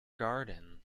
garden